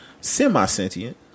semi-sentient